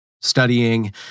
studying